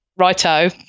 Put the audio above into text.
Righto